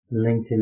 LinkedIn